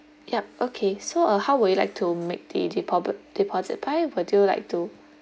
yup okay so uh how would you like to make the depo~ deposit pay would you like to